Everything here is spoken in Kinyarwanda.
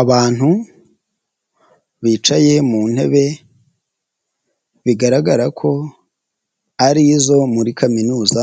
Abantu bicaye mu ntebe bigaragara ko ari izo muri kaminuza.